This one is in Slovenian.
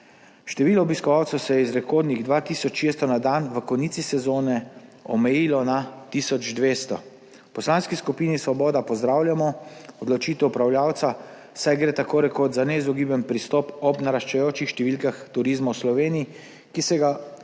Število obiskovalcev se je iz rekordnih dva tisoč 600 na dan v konici sezone omejilo na tisoč 200. V Poslanski skupini Svoboda pozdravljamo odločitev upravljavca, saj gre tako rekoč za neizogiben pristop ob naraščajočih številkah turizma v Sloveniji, ki se ga bodo